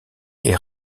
est